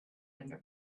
under